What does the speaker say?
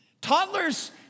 toddlers